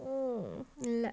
oh like